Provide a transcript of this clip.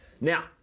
Now